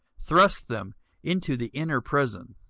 thrust them into the inner prison,